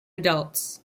adults